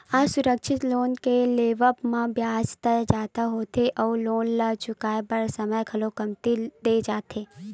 असुरक्छित लोन के लेवब म बियाज दर जादा होथे अउ लोन ल चुकाए बर समे घलो कमती दे जाथे